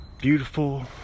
Beautiful